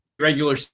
regular